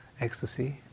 ecstasy